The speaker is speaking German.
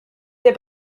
der